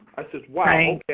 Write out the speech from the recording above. i said, wow,